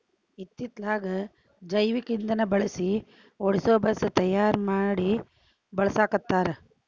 ಇತ್ತಿತ್ತಲಾಗ ಜೈವಿಕ ಇಂದನಾ ಬಳಸಿ ಓಡಸು ಬಸ್ ತಯಾರ ಮಡಿ ಬಳಸಾಕತ್ತಾರ